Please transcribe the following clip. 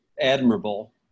admirable